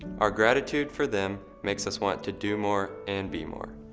our gratitude for them makes us want to do more and be more.